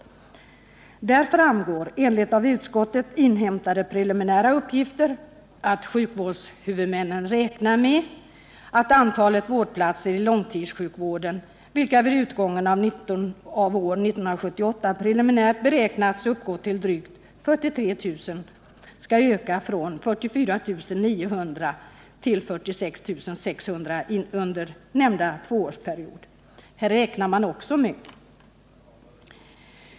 Av den rapporten kommer det att framgå — enligt av utskottet inhämtade preliminära uppgifter — att sjukvårdshuvudmännen ”räknar med” att antalet vårdplatser i långtidssjukvården, vilka vid utgången av år 1978 preliminärt beräknats uppgå till drygt 43 000, skall öka från 44 900 till 46 600 under nämnda tvåårsperiod.